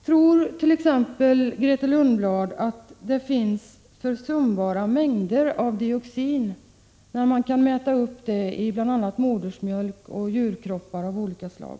Tror Grethe Lundblad t.ex. att de mängder av dioxin som finns är försumbara, när man kan mäta upp dem i bl.a. modersmjölk och djurkroppar av olika slag?